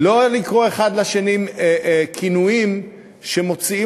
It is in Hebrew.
לא לקרוא האחד לשני בכינויים שמוציאים